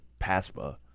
PASPA